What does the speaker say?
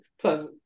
plus